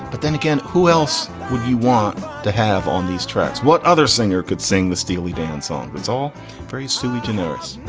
but then again, who else would you want to have on these tracks? what other singer could sing the steely dan song? it's all very sui generis